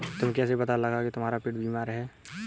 तुम्हें कैसे पता लगा की तुम्हारा पेड़ बीमार है?